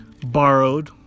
borrowed